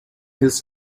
his